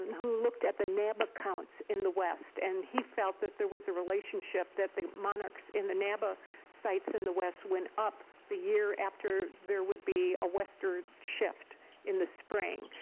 who looked at the naba counts in the west. and he felt that there was a relationship, that the monarchs in the naba sites in the west went up year after there would be a western shift in the spring.